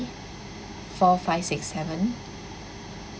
four five six seven